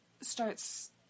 starts